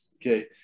Okay